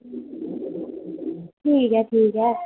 ठीक ऐ ठीक ऐ